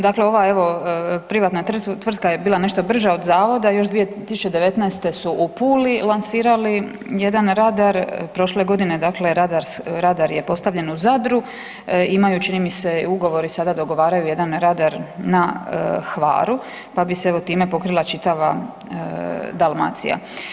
Dakle ova evo privatna tvrtka je bila nešto brža od Zavoda, još 2019. su u Puli lansirali jedan radar, prošle godine dakle rada je postavljen u Zadru, imaju, čini mi se, ugovor i sada dogovaraju jedan radar na Hvaru, pa bi se evo, time pokrila čitava Dalmacija.